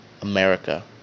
America